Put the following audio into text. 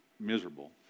miserable